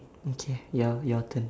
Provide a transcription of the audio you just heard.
okay your your turn